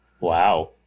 Wow